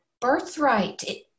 birthright